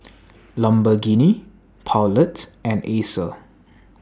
Lamborghini Poulet and Acer